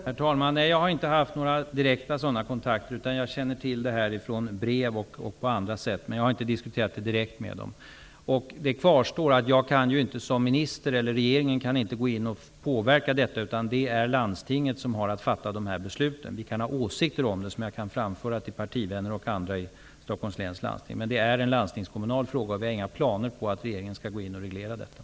Herr talman! Nej, jag har inte haft några sådana direkta kontakter. Jag känner till detta från brev och på andra sätt. Jag har inte diskuterat det direkt med de förståndshandikappade. Regeringen kan inte gå in och påverka detta. Det är landstinget som har att fatta de här besluten. Vi kan ha åsikter om det som jag kan framföra till partivänner och andra i Stockholms läns landsting, men det är en landstingskommunal fråga. Vi har inga planer på att regeringen skall gå in och reglera detta.